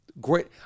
great